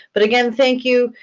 but again, thank you,